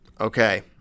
Okay